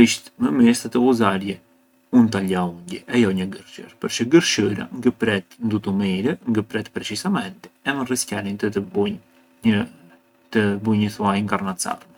isht më mirë sa të ghuzarje un tagliaunghie e jo një gërshërë, përçë gërshëra ngë pret ndutu mirë, ngë pret precisamenti e mënd risqarënj të të bunj një- të bunj një thua inkarnacarmë